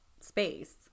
space